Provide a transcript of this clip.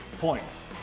points